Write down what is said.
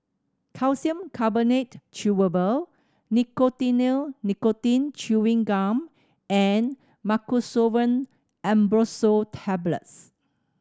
Calcium Carbonate Chewable Nicotinell Nicotine Chewing Gum and Mucosolvan Ambroxol Tablets